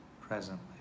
presently